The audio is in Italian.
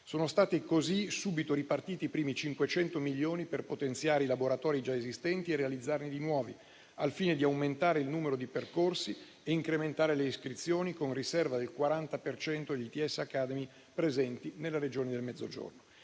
Sono stati così subito ripartiti i primi 500 milioni per potenziare i laboratori già esistenti e realizzarne di nuovi, al fine di aumentare il numero di percorsi e incrementare le iscrizioni, con riserva del 40 per cento, negli ITS academy presenti nelle Regioni del Mezzogiorno.